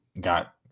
got